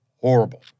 Horrible